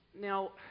Now